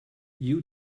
you